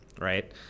right